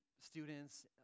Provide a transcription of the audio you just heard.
students